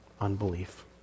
unbelief